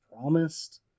promised